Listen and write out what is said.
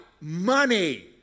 money